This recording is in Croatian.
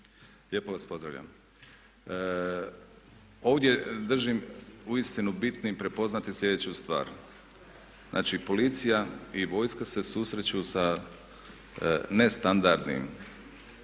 lijepo vas pozdravljam. Ovdje držim uistinu bitnim prepoznati sljedeću stvar, znači policija i vojska se susreću sa nestandardnim